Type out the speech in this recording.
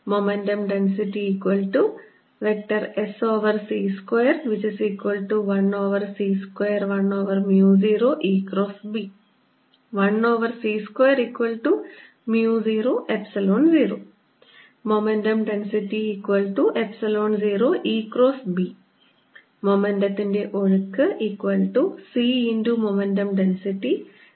momentum density momentum density മൊമെന്റത്തിൻറെ ഒഴുക്ക്c×മൊമെന്റം density